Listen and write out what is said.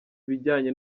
ibijyanye